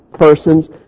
persons